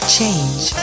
change